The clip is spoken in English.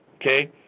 Okay